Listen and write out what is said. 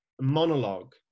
monologue